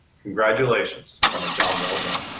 congratulations on a job well done.